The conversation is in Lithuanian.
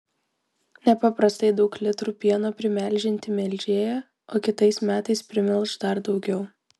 nepaprastai daug litrų pieno primelžianti melžėja o kitais metais primelš dar daugiau